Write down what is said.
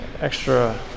extra